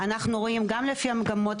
ויצאו משוכנעים שהעבר הפלילי נבדק לעומק.